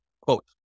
quote